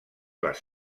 les